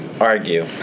argue